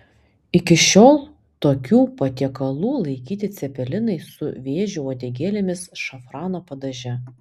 iki šiol tokiu patiekalu laikyti cepelinai su vėžių uodegėlėmis šafrano padaže